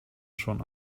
schon